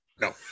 No